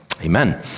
Amen